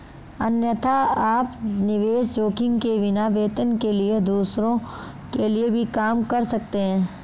अन्यथा, आप निवेश जोखिम के बिना, वेतन के लिए दूसरों के लिए भी काम कर सकते हैं